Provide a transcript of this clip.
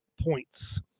points